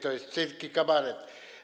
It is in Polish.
To jest cyrk i kabaret.